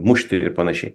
mušti ir panašiai